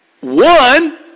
one